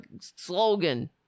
slogan